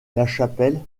lachapelle